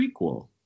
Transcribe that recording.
prequel